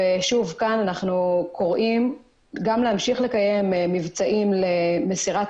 אנחנו קוראים כאן להמשיך לקיים מבצעים למסירת